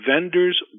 vendor's